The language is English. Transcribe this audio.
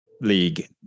League